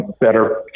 better